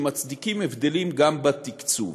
שמצדיקים הבדלים גם בתקצוב.